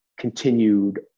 continued